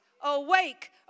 awake